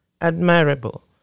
admirable